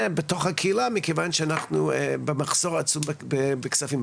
בתוך הקהילה מכיוון שאנחנו במחסור עצום בכספים.